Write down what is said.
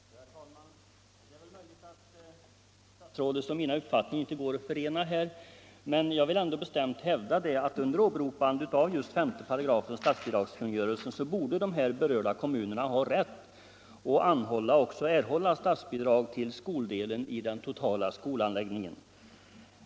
Herr talman! Det är möjligt att statsrådets och mina uppfattningar inte går att förena. Men jag vill bestämt hävda att under åberopande av 5§ statsbidragskungörelsen borde de här berörda kommunerna ha rätt att anhålla om och också erhålla statsbidrag till skoldelen i den totala skolanläggningen.